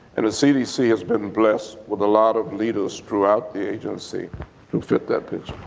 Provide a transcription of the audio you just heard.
and the cdc has been blessed with a lot of leaders throughout the agency who fit that picture.